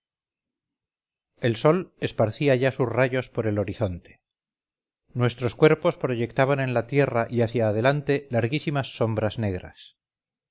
el sol esparcía ya sus rayos por el horizonte nuestros cuerpos proyectaban en la tierra y hacia adelante larguísimas sombras negras